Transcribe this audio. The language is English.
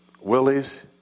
Willie's